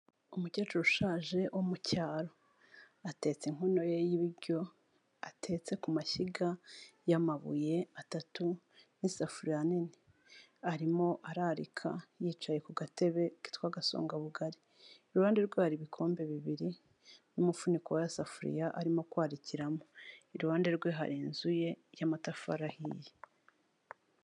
Umukecuru ushaje wo mu cyaro, atetse inkono ye y'ibiryo atetse ku mashyiga y'amabuye atatu n'isafuriya nini, arimo ararika yicaye ku gatebe kitwa agasongabugari, iruhande rwe hari ibikombe bibiri n'umufuniko wa yasafuriya arimo kwarikiramo, iruhande rwe hari inzu ye y'amatafari ahiye.